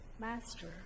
Master